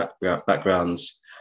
backgrounds